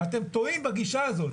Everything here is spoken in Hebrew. ואתם טועים בגישה הזאת.